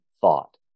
thought